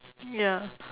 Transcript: ya